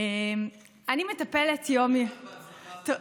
מאחלים לך הצלחה בכנסת.